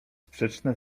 sprzeczne